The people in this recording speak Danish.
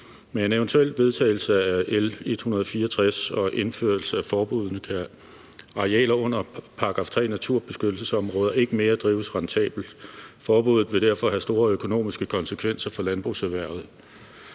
Med en eventuel vedtagelse af L 164 og indførelse af forbuddene kan arealer under § 3-naturbeskyttelsesområder ikke mere drives rentabelt. Forbuddet vil derfor have store økonomiske konsekvenser for landbrugserhvervet.